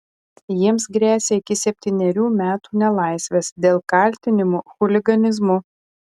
jiems gresia iki septynerių metų nelaisvės dėl kaltinimų chuliganizmu